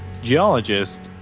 geologist,